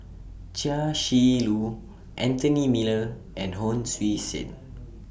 Chia Shi Lu Anthony Miller and Hon Sui Sen